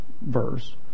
verse